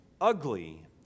ugly